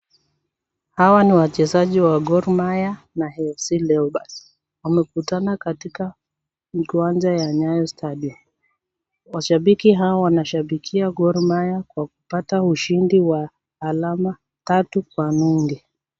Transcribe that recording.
Hawa ni wachezaji wa Gor Mahia na AFC Leopards, wamekutana katika kiwanja ya Nyayo Stadium. Washabiki hawa wanashabikia Gor Mahia kwa kupata ushindi wa alama tatu kwa nunge.